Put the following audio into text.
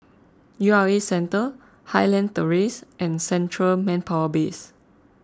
U R A Centre Highland Terrace and Central Manpower Base